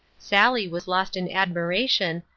sally was lost in admiration,